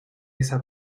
esa